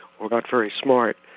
or not very smart,